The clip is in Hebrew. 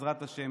בעזרת השם,